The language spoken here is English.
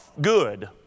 Good